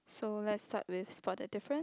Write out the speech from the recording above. so let's start with spot the different